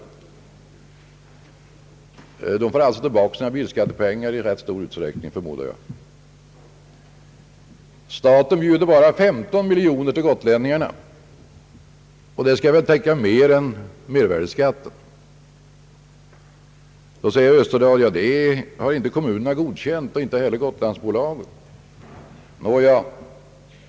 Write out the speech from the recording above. ölänningarna får alltså tillbaka sina bilskattepengar. Staten bjuder 15 miljoner kronor till gotlänningarna, och det beloppet skall täcka mer än mervärdeskatten. Då säger herr Österdahl att den saken har inte kommunerna godkänt och inte heller Gotlandsbolaget.